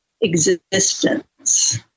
existence